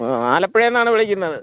ആ ആലപ്പുഴയിൽ നിന്നാണ് വിളിക്കുന്നത്